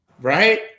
right